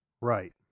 right